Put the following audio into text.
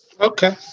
Okay